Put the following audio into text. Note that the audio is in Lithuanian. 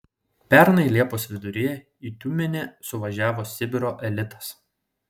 pernai liepos viduryje į tiumenę suvažiavo sibiro elitas